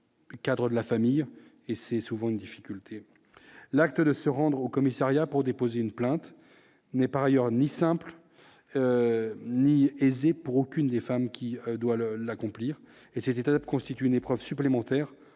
cadre de la famille et c'est souvent une difficulté, l'acteur de se rendre au commissariat pour déposer une plainte n'est par ailleurs ni simple ni aisé pour aucune des femmes qui doit le l'accomplir et cette étape constitue une épreuve supplémentaire